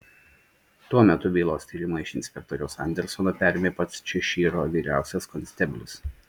tuo metu bylos tyrimą iš inspektoriaus andersono perėmė pats češyro vyriausias konsteblis